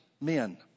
men